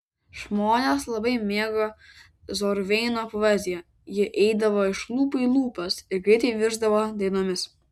žmonės labai mėgo zauerveino poeziją ji eidavo iš lūpų į lūpas ir greitai virsdavo dainomis